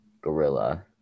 Gorilla